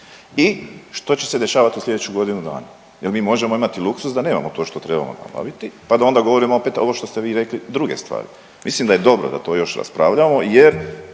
i što će se dešavati u slijedeću godinu dana, jel mi možemo imati luksuz da nemamo to što trebamo napraviti, pa da onda govorimo opet ovo što ste vi rekli druge stvari. Mislim da je dobro da to još raspravljamo jer